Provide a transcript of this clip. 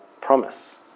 promise